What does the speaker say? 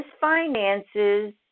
finances